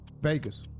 Vegas